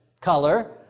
color